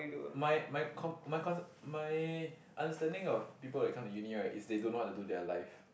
my my com~ my con~ my understanding of people that come to uni right is they don't know what to do in their life